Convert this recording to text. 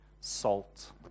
salt